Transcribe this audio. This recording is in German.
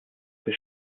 für